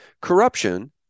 Corruption